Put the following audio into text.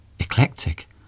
Eclectic